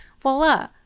Voila